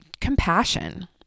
compassion